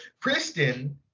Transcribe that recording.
Kristen